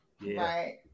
Right